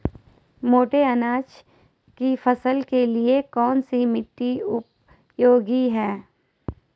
मोटे अनाज की फसल के लिए कौन सी मिट्टी उपयोगी है?